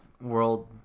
World